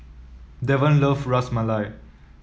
Davon love Ras Malai